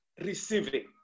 receiving